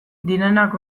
direnak